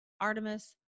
Artemis